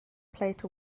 plate